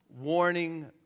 warning